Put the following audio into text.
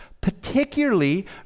particularly